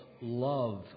love